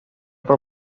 por